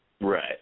Right